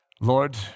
Lord